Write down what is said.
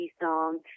song